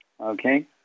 Okay